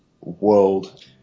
world